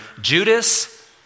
Judas